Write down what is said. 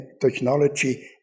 technology